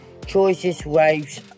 choiceswaves